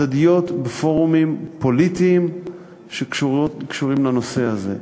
הדדיות בפורומים פוליטיים שקשורים לנושא הזה,